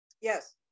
yes